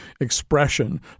expression